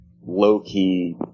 low-key